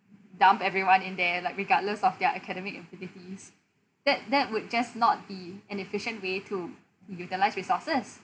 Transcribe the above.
dump everyone in there like regardless of their academic activities that that would just not be and efficient way to utilise resources